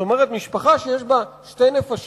זאת אומרת, משפחה שיש בה שתי נפשות,